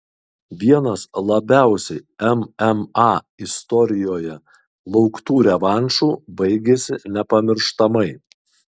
vienas labiausiai mma istorijoje lauktų revanšų baigėsi nepamirštamai